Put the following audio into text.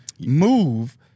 move